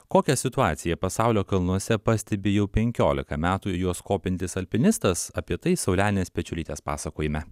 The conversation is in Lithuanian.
kokia situacija pasaulio kalnuose pastebi jau penkiolika metų į juos kopiantis alpinistas apie tai saulenės pečiulytės pasakojime